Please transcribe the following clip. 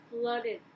flooded